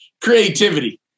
creativity